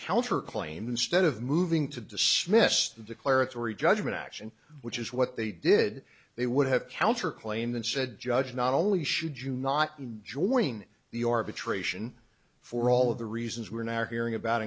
counter claim instead of moving to dismiss the declaratory judgment action which is what they did they would have counter claim and said judge not only should you not enjoying the arbitration for all of the reasons we're now hearing about